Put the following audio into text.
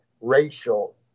racial